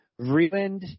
Vreeland